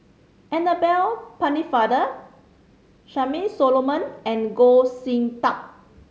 Annabel Pennefather Charmaine Solomon and Goh Sin Tub